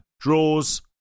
draws